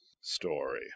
story